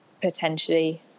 potentially